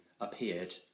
appeared